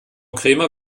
krämer